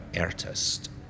artist